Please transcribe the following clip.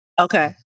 Okay